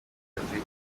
ikaze